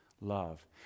love